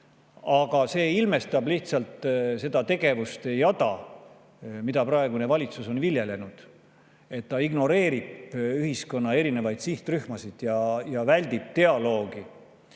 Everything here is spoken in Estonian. see ilmestab lihtsalt seda tegevuste jada, mida praegune valitsus on viljelenud. Ta ignoreerib ühiskonna erinevaid sihtrühmasid ja väldib dialoogi